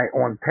on